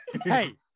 hey